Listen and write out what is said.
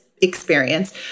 experience